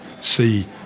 see